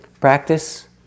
Practice